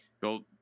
go